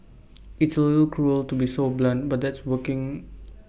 it's A little cruel to be so blunt but that's working